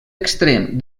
extrem